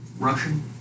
Russian